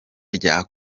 rya